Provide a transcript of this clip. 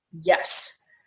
Yes